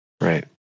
Right